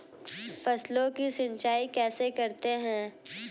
फसलों की सिंचाई कैसे करते हैं?